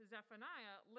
Zephaniah